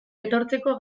etortzeko